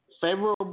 favorable